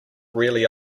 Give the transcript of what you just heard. really